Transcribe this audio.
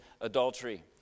adultery